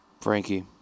Frankie